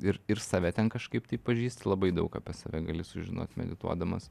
ir ir save ten kažkaip tai pažįsti labai daug apie save gali sužinot medituodamas